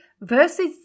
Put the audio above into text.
versus